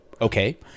okay